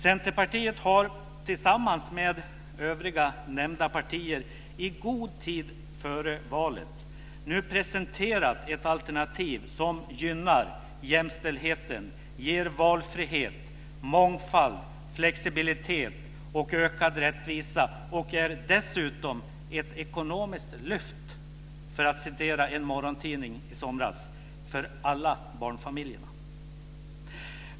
Centerpartiet har, tillsammans med övriga nämnda partier, i god tid före valet nu presenterat ett alternativ som gynnar jämställdheten, ger valfrihet, mångfald, flexibilitet och ökad rättvisa och som dessutom är ett ekonomiskt lyft - för att citera en morgontidning från i somras - för alla barnfamiljer.